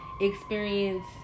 experience